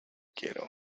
quiero